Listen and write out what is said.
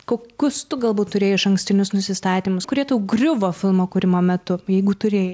kokius tu galbūt turėjai išankstinius nusistatymus kurie griuvo filmo kūrimo metu jeigu turėjai